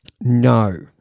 No